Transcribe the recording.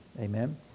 Amen